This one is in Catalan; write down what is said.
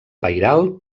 pairal